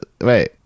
Wait